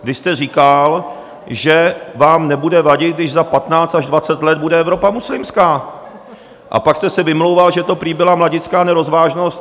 Vy jste říkal, že vám nebude vadit, když za 15 až 20 let bude Evropa muslimská, a pak jste se vymlouval, že to prý byla mladická nerozvážnost.